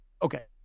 Okay